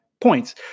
points